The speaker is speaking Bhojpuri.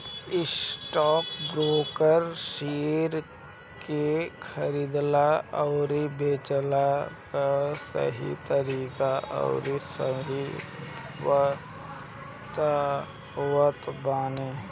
स्टॉकब्रोकर शेयर के खरीदला अउरी बेचला कअ सही तरीका अउरी समय बतावत बाने